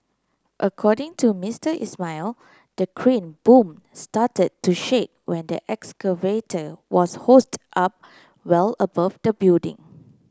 according to Mister Ismail the crane boom started to shake when the excavator was hoisted up well above the building